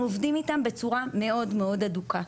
אנחנו עובדים איתם בצורה מאוד מאוד הדוקה,